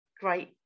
great